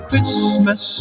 Christmas